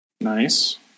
Nice